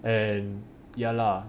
and ya lah